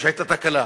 היתה תקלה.